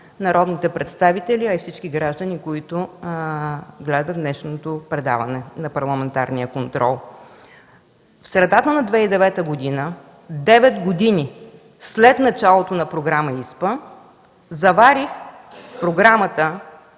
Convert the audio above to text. народните представители, а и всички граждани, които гледат днешното предаване на парламентарния контрол. В средата на 2009 г., девет години след началото на Програма ИСПА, заварих програмата,